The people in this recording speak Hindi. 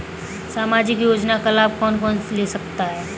सामाजिक योजना का लाभ कौन कौन ले सकता है?